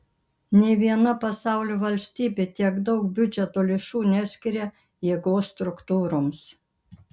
nė viena pasaulio valstybė tiek daug biudžeto lėšų neskiria jėgos struktūroms